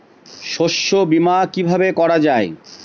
শস্য বীমা কিভাবে করা যায়?